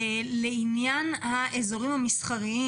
לעניין האיזורים המסחריים